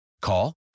Call